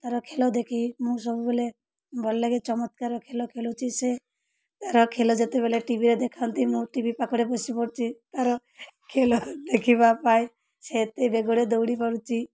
ତା'ର ଖେଳ ଦେଖି ମୁଁ ସବୁବେଳେ ଭଲ ଲାଗେ ଚମତ୍କାର ଖେଳ ଖେଳୁଛି ସେ ତା'ର ଖେଳ ଯେତେବେଳେ ଟିଭିରେ ଦେଖାନ୍ତି ମୁଁ ଟିଭି ପାଖରେ ବସି ପଡ଼ୁଛି ତା'ର ଖେଳ ଦେଖିବା ପାଇଁ ସେ ଏତେ ବେଗରେ ଦୌଡ଼ି ପାରୁଛି